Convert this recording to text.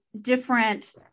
different